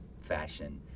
fashion –